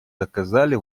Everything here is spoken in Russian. доказали